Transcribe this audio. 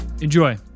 Enjoy